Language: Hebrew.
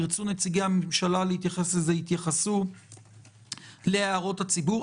אם ירצו נציגי הממשלה להתייחס לזה יוכלו להתייחס להערות הציבור.